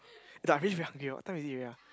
ya I feeling very hungry what time is it already ah